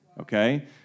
okay